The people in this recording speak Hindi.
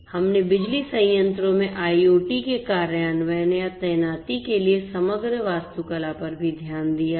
हमने बिजली संयंत्रों में IoT के कार्यान्वयन या तैनाती के लिए समग्र वास्तुकला पर भी ध्यान दिया है